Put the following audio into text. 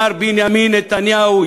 מר בנימין נתניהו,